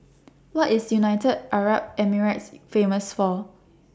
What IS United Arab Emirates Famous For